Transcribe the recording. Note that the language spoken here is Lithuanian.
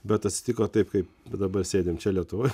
bet atsitiko taip kaip bet dabar sėdim čia lietuvoj